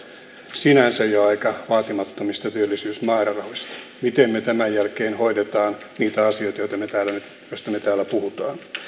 sinänsä jo aika vaatimattomista työllisyysmäärärahoista miten me tämän jälkeen hoidamme niitä asioita joista me täällä nyt puhumme